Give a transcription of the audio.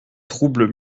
troubles